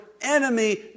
enemy